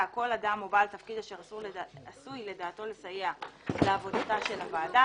כל אדם או בעל תפקיד אשר עשוי לדעתו לסייע לעבודתה של הוועדה,